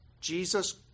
Jesus